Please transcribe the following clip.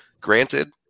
Granted